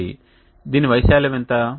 కాబట్టి దీని వైశాల్యం ఎంత